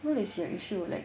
what is your issue like